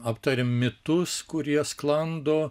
aptarėm mitus kurie sklando